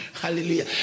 Hallelujah